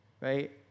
right